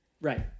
Right